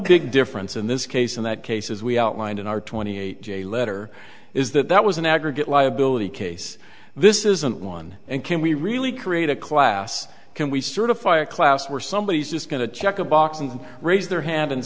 big difference in this case in that case as we outlined in our twenty eight day letter is that that was an aggregate liability case this isn't one and can we really create a class can we certify a class where somebody is just going to check a box and raise their hand and